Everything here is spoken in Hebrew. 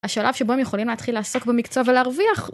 השלב שבו הם יכולים להתחיל לעסוק במקצוע ולהרוויח.